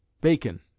Bacon